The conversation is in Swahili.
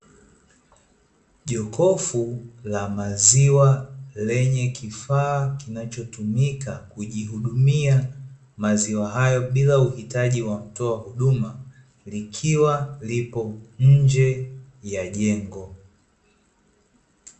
Jokofu la maziwa lenye kifaa kinachotumika kujihudumia maziwa hayo bila uhitaji wa mtoa huduma, likiwa lipo nje ya jengo.